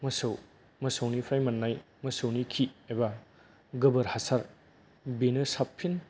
मोसौ मोसौनिफ्राय मोननाय मोसौनि खि एबा गोबोर हासार बेनो साबसिन